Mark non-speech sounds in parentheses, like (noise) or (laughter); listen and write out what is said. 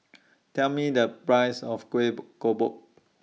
Tell Me The Price of Kueh (unintelligible)